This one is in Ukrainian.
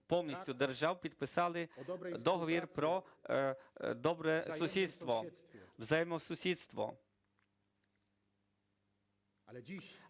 повністю держав, підписали договір про добросусідство, взаємосусідство. Але